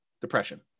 depression